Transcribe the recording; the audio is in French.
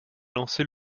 lancer